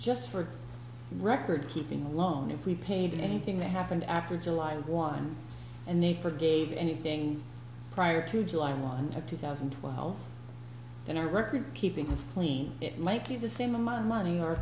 just for the record keeping alone if we paid anything that happened after july one and they forgave anything prior to july one of two thousand well then our record keeping is clean it might be the same amount of money or